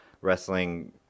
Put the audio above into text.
wrestling